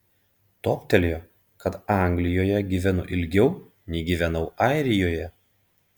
toptelėjo kad anglijoje gyvenu ilgiau nei gyvenau airijoje